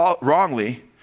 wrongly